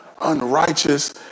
unrighteous